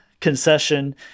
concession